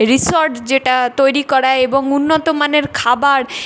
resort যেটা তৈরি করা এবং উন্নত মানের খাবার